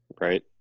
right